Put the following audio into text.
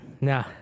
No